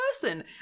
person